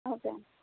okay అమ్మ